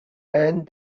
and